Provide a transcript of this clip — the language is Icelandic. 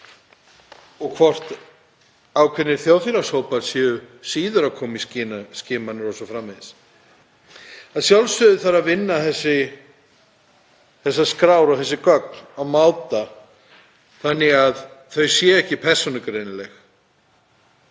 og hvort ákveðnir þjóðfélagshópar séu síður að koma í skimanir o.s.frv. Að sjálfsögðu þarf að vinna þessar skrár og þessi gögn á þann hátt að þau séu ekki persónugreinanleg